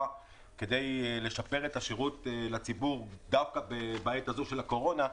כדי לשפר את השירות לציבור דווקא בעת הזאת של הקורונה,